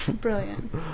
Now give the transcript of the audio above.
Brilliant